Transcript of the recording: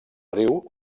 riu